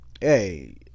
hey